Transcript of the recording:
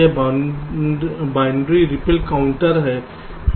यह binary ripple counter है